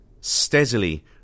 steadily